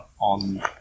on